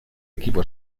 equipo